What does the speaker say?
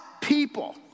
people